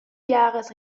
biaras